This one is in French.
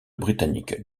britannique